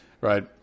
right